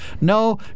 no